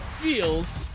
feels